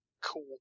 Cool